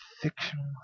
fictional